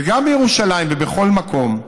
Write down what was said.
וגם בירושלים, ובכל מקום,